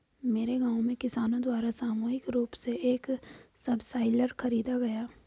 मेरे गांव में किसानो द्वारा सामूहिक रूप से एक सबसॉइलर खरीदा गया